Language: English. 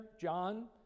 John